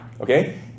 Okay